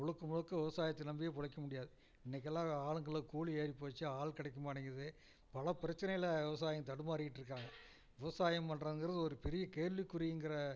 முழுக்க முழுக்க விவசாயத்தை நம்பியே பொழைக்க முடியாது இன்னைக்கு எல்லாம் வே ஆளுங்களுக்கு கூலி ஏறி போச்சு ஆள் கிடைக்க மாட்டேங்குது பல பிரச்சனையில் விவசாயம் தடுமாறிக்கிட்டு இருக்காங்க விவசாயம் பண்ணுறோங்கறது ஒரு பெரிய கேள்விக்குறிங்கிற